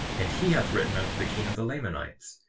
and he hath written unto the king of the lamanites,